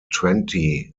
twente